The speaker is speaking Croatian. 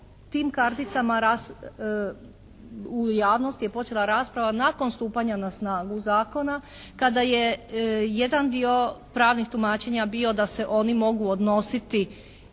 tim karticama, u javnosti je počela rasprava nakon stupanja na snagu zakona kada je jedan dio pravnih tumačenja bio da se oni mogu odnositi